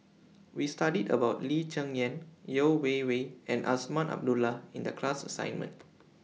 We studied about Lee Cheng Yan Yeo Wei Wei and Azman Abdullah in The class assignment